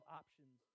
options